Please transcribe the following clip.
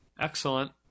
Excellent